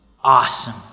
awesome